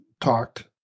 talked